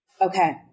Okay